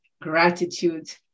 gratitude